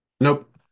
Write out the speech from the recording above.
Nope